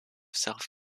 self